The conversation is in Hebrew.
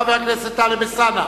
חבר הכנסת טלב אלסאנע,